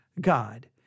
God